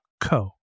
co